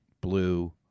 blue